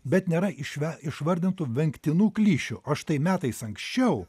bet nėra išve išvardintų vengtinų klišių o štai metais anksčiau